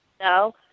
No